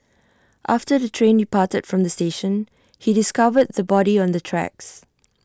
after the train departed from the station he discovered the body on the tracks